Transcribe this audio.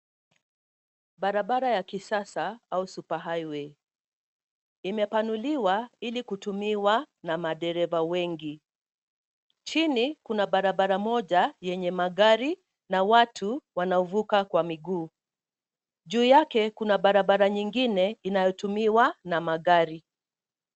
Barabara ya kisasa au Superhighway . Imepanuliwa ili kutumiwa na madereva wengi. Chini, kuna barabara moja yenye magari na watu wanaovuka kwa miguu. Juu yake kuna barabara nyingine inayotumiwa na magari.